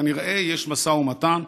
כנראה יש משא ומתן.